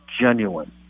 genuine